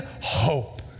hope